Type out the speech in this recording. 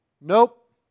Nope